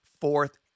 fourth